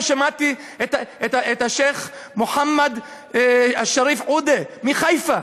שמעתי את השיח' מוחמד שריף עודה מחיפה.